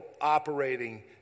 operating